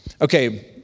Okay